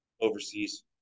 overseas